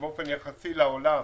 שבאופן יחסי לעולם